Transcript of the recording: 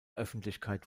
öffentlichkeit